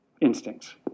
instincts